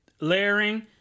layering